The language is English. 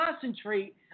concentrate